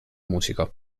musica